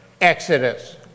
exodus